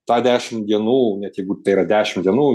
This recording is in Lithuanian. tą dešim dienų net jeigu tai yra dešim dienų